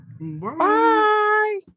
bye